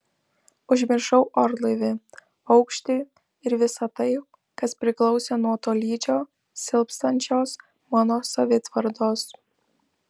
užmiršau orlaivį aukštį ir visa tai kas priklausė nuo tolydžio silpstančios mano savitvardos